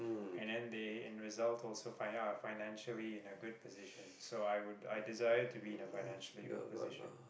and then they in results also fi~ financially in a good position so I would i desired to be in a financially good position